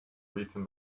written